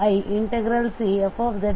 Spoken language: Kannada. ಆಗುತ್ತದೆ